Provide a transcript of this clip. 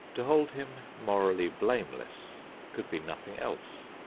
to hold him morally blameless could be nothing else.